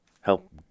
help